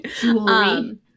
Jewelry